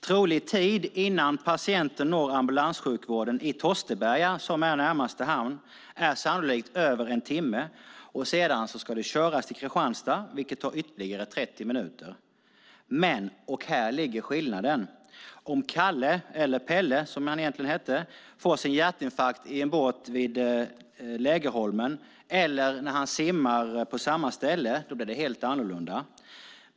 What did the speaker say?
Trolig tid innan patienten når ambulanssjukvården i Tosteberga, som är närmaste hamn, är sannolikt över en timme, och sedan ska det köras till Kristianstad, vilket tar ytterligare 30 minuter. Men - här ligger skillnaden - om Kalle, eller Pelle som han egentligen hette, får sin hjärtinfarkt i en båt vid Lägerholmen eller när han simmar på samma ställe blir det helt annorlunda.